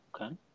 Okay